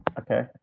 Okay